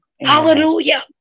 Hallelujah